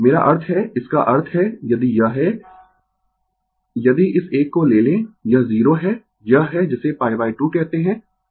मेरा अर्थ है इसका अर्थ है यदि यह है यदि इस एक को ले लें यह 0 है यह है जिसे π2 कहते है